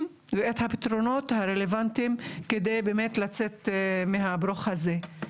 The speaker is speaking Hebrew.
ואת הפתרונות הרלוונטיים כדי באמת לצאת מהברוך הזה.